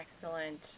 Excellent